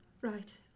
Right